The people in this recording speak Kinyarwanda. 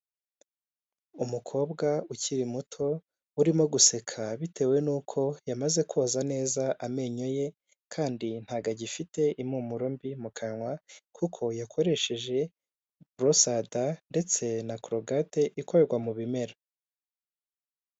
Umukobwa ukiri muto urimo guseka bitewe n'uko yamaze koza neza amenyo ye kandi ntago agifite impumuro mbi mu kanwa kuko yakoresheje burosada ndetse na korogati ikorwa mu bimera.